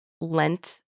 lent